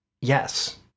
yes